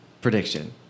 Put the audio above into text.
prediction